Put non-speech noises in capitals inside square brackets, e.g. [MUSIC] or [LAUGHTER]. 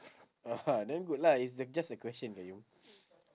[LAUGHS] then good lah it's uh just a question qayyum